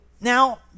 now